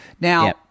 now